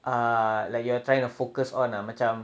uh like you are trying to focus on ah macam